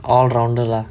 all rounder lah